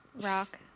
rock